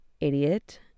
idiot